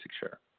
share